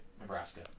Nebraska